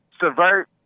subvert